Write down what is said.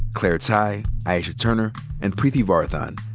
claire tighe, aisha turner and preeti varathan.